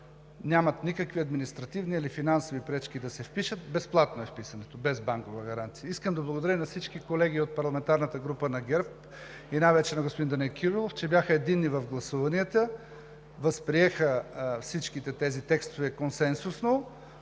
нямат никакви административни или финансови пречки да се впишат. Вписването е безплатно, без банкова гаранция. Искам да благодаря на всички колеги от парламентарната група на ГЕРБ и най-вече на господин Данаил Кирилов, че бяха единни в гласуванията и възприеха всички тези текстове консенсусно.